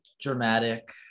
dramatic